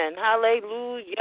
hallelujah